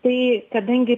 tai kadangi